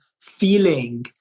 feeling